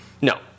No